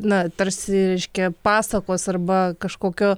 na tarsi reiškia pasakos arba kažkokio